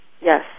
Yes